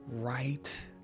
right